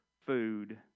food